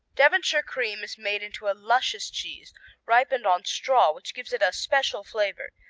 devonshire cream is made into a luscious cheese ripened on straw, which gives it a special flavor,